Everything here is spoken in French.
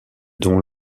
dom